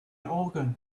organ